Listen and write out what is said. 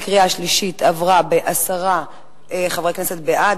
עברה בקריאה שלישית עם עשרה חברי כנסת בעד,